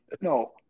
No